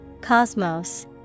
Cosmos